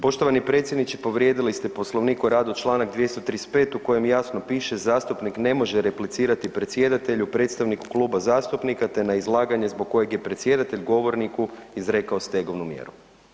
Poštovani predsjedniče, povrijedili ste Poslovnik o radu članak 235. u kojem jasno piše: „Zastupnik ne može replicirati predsjedatelju, predstavniku kluba zastupnika te na izlaganje zbog kojeg je predsjedatelj govorniku izrekao stegovnu mjeru.